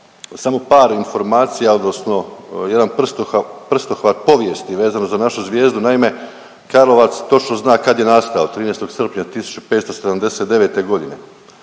samo par informacija odnosno jedan prstohvat povijesti vezano za našu Zvijezdu. Naime, Karlovac točno zna kad je nastao 13. srpnja 1579.g.,